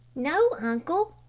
no, uncle,